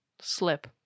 slip